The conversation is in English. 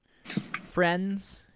Friends